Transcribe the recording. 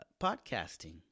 podcasting